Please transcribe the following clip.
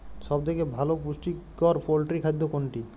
সব থেকে ভালো পুষ্টিকর পোল্ট্রী খাদ্য কোনটি?